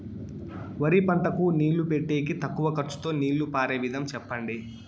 వరి పంటకు నీళ్లు పెట్టేకి తక్కువ ఖర్చుతో నీళ్లు పారే విధం చెప్పండి?